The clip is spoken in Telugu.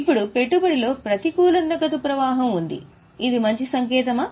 ఇప్పుడు పెట్టుబడిలో ప్రతికూల నగదు ప్రవాహం ఉంది ఇది మంచి సంకేతమా